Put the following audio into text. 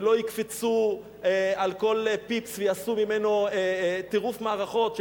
ולא יקפצו על כל פיפס ויעשו ממנו טירוף מערכות של